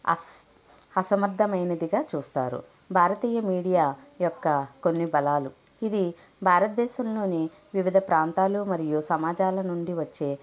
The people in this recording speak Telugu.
అస్ అసమర్థమైనదిగా చూస్తారు భారతీయ మీడియా యొక్క కొన్ని బలాలు ఇది భారతదేశంలోనే వివిధ ప్రాంతాలు మరియు సమాజాల నుండి వచ్చే